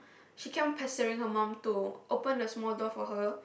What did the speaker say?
she keep on pestering her mum to open the small door for her